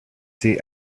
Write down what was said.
see